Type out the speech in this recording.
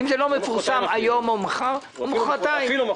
אם זה לא מפורסם היום או מחר או מוחרתיים,